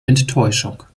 enttäuschung